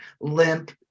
limp